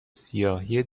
سیاهی